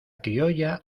criolla